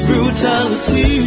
Brutality